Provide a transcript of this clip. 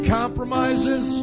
compromises